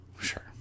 Sure